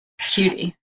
cutie